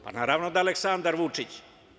Pa naravno da je Aleksandar Vučić.